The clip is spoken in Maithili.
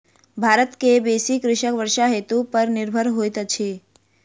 भारत के बेसी कृषक वर्षा ऋतू पर निर्भर होइत अछि